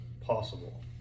possible